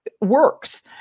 works